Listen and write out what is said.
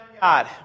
God